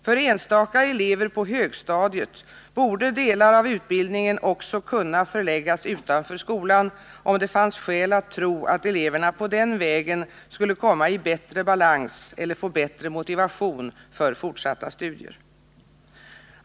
För enstaka elever på högstadiet borde delar av utbildningen också kunna förläggas utanför skolan, om det fanns skäl att tro att eleverna på den vägen skulle komma i bättre balans eller får bättre motivation för fortsatta studier.